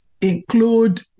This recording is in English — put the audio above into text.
include